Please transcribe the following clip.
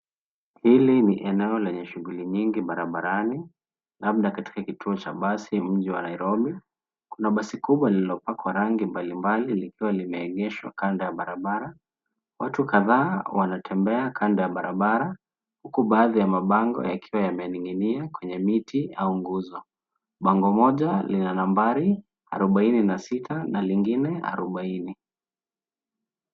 Hili ni eneo lenye shugli nyingi barabarani. Labda katika kituo cha basi mji wa Nairobi. Kuna basi kubwa lililopakwa rangi mbalimbali likiwa limeengeshwa kando ya barabara. Watu kadhaa wanatembea kando ya barabara. Huku baadhi ya mabango yakiwa yameninginia kwenye miti au nguzo. Bango moja lina nambari 46 na nyingine 40.